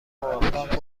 موفق